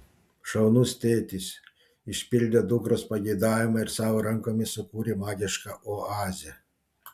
šaunus tėtis išpildė dukros pageidavimą ir savo rankomis sukūrė magišką oazę